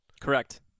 Correct